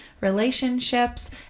relationships